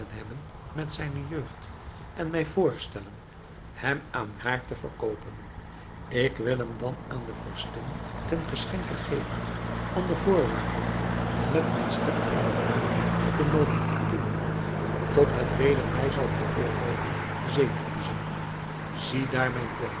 hebben met zijne jeugd en mij voorstellen hem aan haar te verkoopen ik wil hem dan aan de vorstin ten geschenke geven onder voorwaarde met mijn schip in de haven te mogen vertoeven tot het weder mij zal veroorloven zee te kiezen ziedaar mijn plan